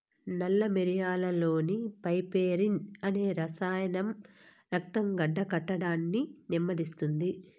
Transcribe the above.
నల్ల మిరియాలులోని పైపెరిన్ అనే రసాయనం రక్తం గడ్డకట్టడాన్ని నెమ్మదిస్తుంది